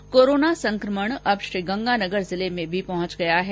इधर कोरोना संकमण अब श्रीगंगानगर जिले में भी पहुंच गया है